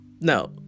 no